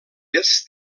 est